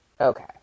Okay